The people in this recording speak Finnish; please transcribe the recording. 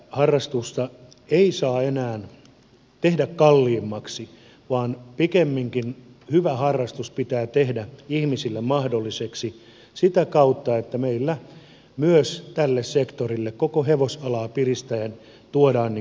harrastusta ei saa enää tehdä kalliimmaksi vaan pikemminkin hyvä harrastus pitää tehdä ihmisille mahdolliseksi sitä kautta että meillä myös tälle sektorille koko hevosalaa piristäen tuodaan tuloutusta